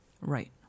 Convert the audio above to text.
Right